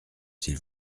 s’il